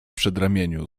przedramieniu